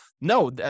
no